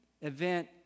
event